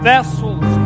Vessels